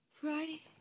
Friday